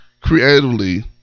creatively